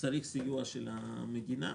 צריך סיוע של המדינה,